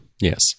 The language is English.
yes